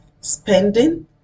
spending